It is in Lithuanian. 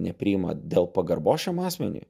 nepriima dėl pagarbos šiam asmeniui